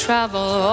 Travel